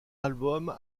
album